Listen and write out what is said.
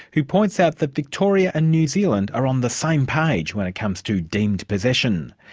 who points out that victoria and new zealand are on the same page when it comes to deemed possession.